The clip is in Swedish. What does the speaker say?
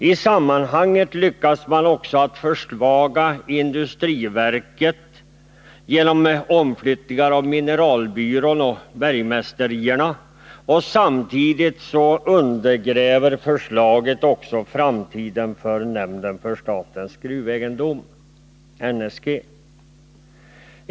I sammanhanget lyckas man också försvaga industriverket genom omflyttningar av mineralbyrån och bergmästerierna, och samtidigt undergräver förslaget också framtiden för nämnden för statens gruvegendomar, NSG.